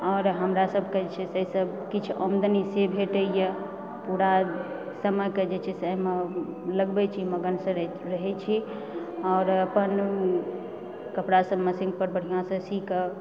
आओर हमर सबकेँ जे छै अहिसबसँ किछु आमदनी से भेटैए पुरा समयके जॆ छै से एहिमे लगबै छी मगनसँ रहै छी आओर अपन कपड़ा सब मशीन पर बढ़िऑंसँ सी कऽ